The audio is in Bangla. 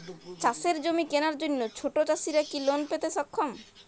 চাষের জমি কেনার জন্য ছোট চাষীরা কি লোন পেতে সক্ষম?